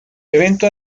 evento